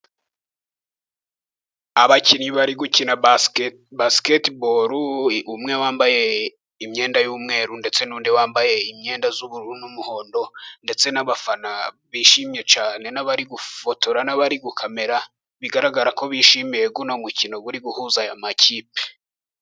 Abakinnyi bari gukina baske basiketobolo, umwe wambaye imyenda y'umweru ndetse n'undi wambaye imyenda y'ubururu n'umuhondo, ndetse n'abafana bishimye cyane, n'abari gufotora n'abari gukamera, bigaragara ko bishimiye uyu mukino uri guhuza aya makipe.